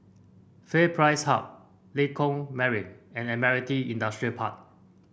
FairPrice Hub Lengkok Mariam and Admiralty Industrial Park